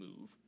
move